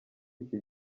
iki